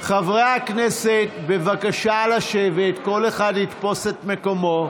חברי הכנסת, בבקשה לשבת, כל אחד יתפוס את מקומו.